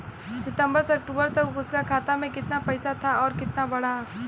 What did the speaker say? सितंबर से अक्टूबर तक उसका खाता में कीतना पेसा था और कीतना बड़ा?